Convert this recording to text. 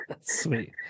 Sweet